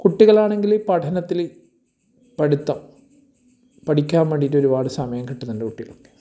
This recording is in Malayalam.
കുട്ടികളാണെങ്കിൽ പഠനത്തിൽ പഠിത്തം പഠിക്കാൻ വേണ്ടിയിട്ട് ഒരുപാട് സമയം കിട്ടുന്നുണ്ട് കുട്ടികൾക്ക്